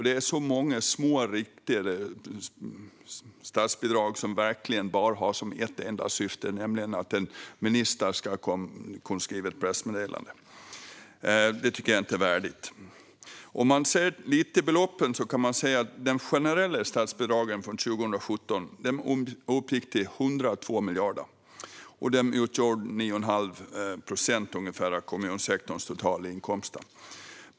Det är så många små, riktade statsbidrag som verkligen bara har ett enda syfte, nämligen att en minister ska kunna skriva ett pressmeddelande. Det är inte värdigt. När det gäller beloppen uppgick de generella statsbidragen 2017 till 102 miljarder och utgjorde ungefär 9 1⁄2 procent av kommunsektorns totala inkomster.